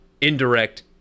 indirect